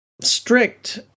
strict